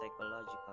psychological